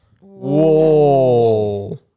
Whoa